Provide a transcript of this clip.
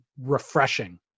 refreshing